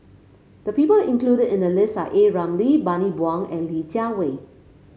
the people included in the list are A Ramli Bani Buang and Li Jiawei